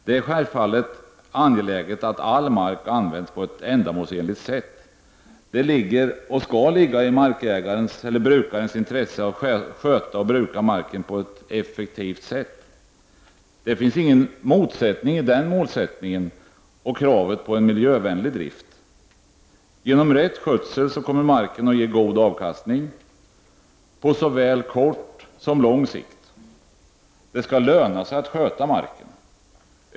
Det är självfallet angeläget att all mark används på ett ändamålsenligt sätt. Det ligger och skall ligga i markägarens eller brukarens intresse att sköta och bruka marken på ett effektivt sätt. Det finns ingen motsättning mellan den målsättningen och kravet på en miljövänlig drift. Genom rätt skötsel kommer marken att ge god avkastning, på såväl kort som lång sikt. Det skall löna sig att sköta marken.